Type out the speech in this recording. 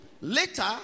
later